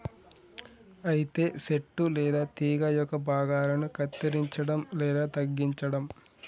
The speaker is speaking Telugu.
అయితే సెట్టు లేదా తీగ యొక్క భాగాలను కత్తిరంచడం లేదా తగ్గించడం